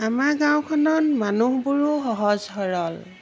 আমাৰ গাঁওখনত মানুহবোৰো সহজ সৰল